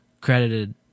credited